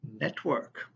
network